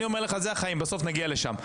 אני אומר לך, זה החיים, בסוף נגיע לשם.